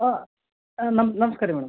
ಹಾಂ ನಮ್ ನಮ್ಸ್ಕಾರ ರೀ ಮೇಡಮ್